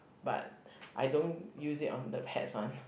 but I don't use it on the pets one